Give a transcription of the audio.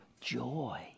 joy